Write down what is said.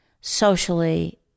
socially